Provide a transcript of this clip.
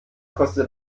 kostet